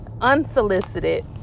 unsolicited